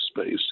space